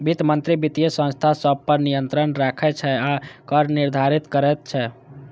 वित्त मंत्री वित्तीय संस्था सभ पर नियंत्रण राखै छै आ कर निर्धारित करैत छै